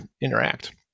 interact